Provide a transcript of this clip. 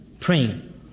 Praying